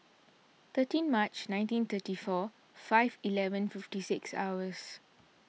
thirteen March nineteen thirty four five eleven fifty six hours